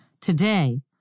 Today